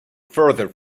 further